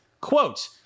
quote